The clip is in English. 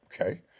Okay